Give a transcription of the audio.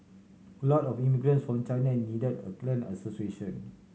a lot of immigrants from China and needed a clan association